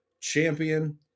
Champion